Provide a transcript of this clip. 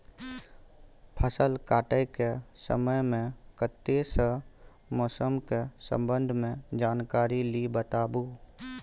फसल काटय के समय मे कत्ते सॅ मौसम के संबंध मे जानकारी ली बताबू?